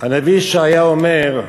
הנביא ישעיה אומר: